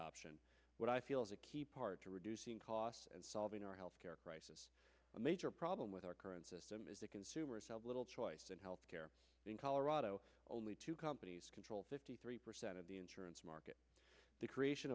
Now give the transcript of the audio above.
option what i feel is a key part to reducing costs and solving our health care crisis a major problem with our current system is that consumers have little choice in health care in colorado only two companies control fifty three percent of the insurance market the creation